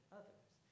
others